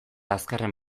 azkarren